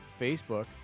Facebook